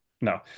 no